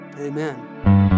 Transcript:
Amen